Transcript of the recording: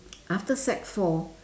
after sec four